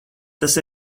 tas